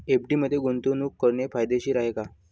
FD मध्ये गुंतवणूक करणे फायदेशीर आहे का?